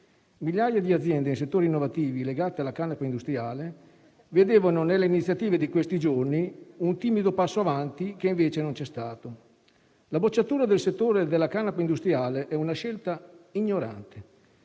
Migliaia di aziende in settori innovativi legati alla canapa industriale vedevano nelle iniziative di questi giorni un timido passo avanti che invece non c’è stato. La bocciatura del settore della canapa industriale è una scelta ignorante.